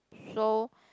so